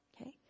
Okay